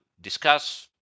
discuss